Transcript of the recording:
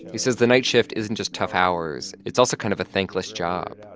he says the night shift isn't just tough hours. it's also kind of a thankless job.